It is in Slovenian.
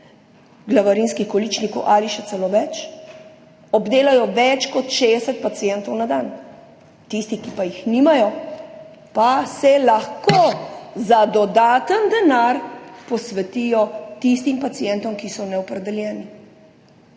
glavarinskih količnikov ali še celo več, obdelajo več kot 60 pacientov na dan, tisti, ki jih nimajo, pa se lahko za dodaten denar posvetijo tistim pacientom, ki so neopredeljeni.